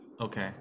okay